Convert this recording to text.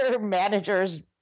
manager's